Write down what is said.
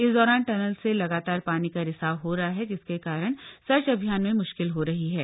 इस दौरान टनल से लगातार पानी का रिसाव है रहा है जिसके कारण सर्च अभियान में मुश्किल है रही हा